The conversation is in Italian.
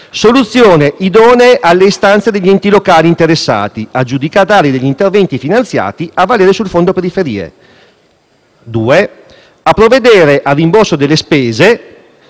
soluzioni idonee alle istanze degli enti locali interessati, aggiudicatari degli interventi finanziati a valere sul fondo periferie. In secondo luogo a provvedere al rimborso delle spese